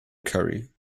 curry